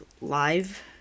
live